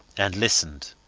and listened.